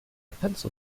pencil